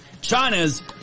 China's